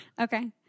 Okay